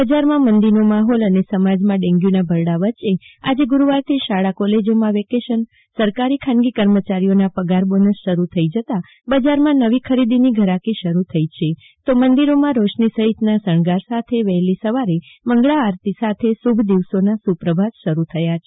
બજારમાં મંદીનો માહોલ અને સમાજમાં ડેન્ગ્યુંના ભરડા વચ્ચે આજે ગુરુવારથી શાળા કોલેજોમાં વેકેશન સરકારી ખાનગી કરામાંચારીઓના પગાર બોનસ શરૂ થઇ જતા બજારમાં નવી ખરીદીની ઘરાકી શરૂ થઇ છે તો મંદિરોમાં રોશની સહિતના શણગાર સાથે વહેલી સવારે મંગલા આરતી સાથે શુભ દિવસોના સુપ્રભાત શરૂ થયા છે